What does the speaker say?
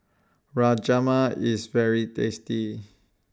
Rajma IS very tasty